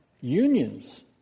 Unions